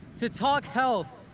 to talk health,